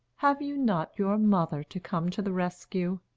have you not your mother to come to the rescue?